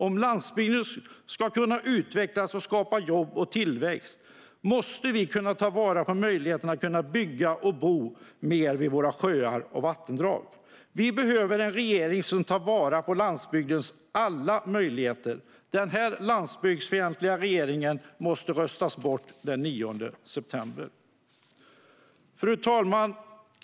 Om landsbygden ska kunna utvecklas och skapa jobb och tillväxt måste vi kunna ta vara på möjligheten att bygga och bo mer vid våra sjöar och vattendrag. Vi behöver en regering som tar vara på landsbygdens alla möjligheter. Denna landsbygdsfientliga regering måste röstas bort den 9 september. Fru talman!